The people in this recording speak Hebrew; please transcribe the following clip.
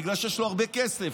בגלל שיש לו הרבה כסף.